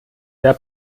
der